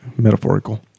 metaphorical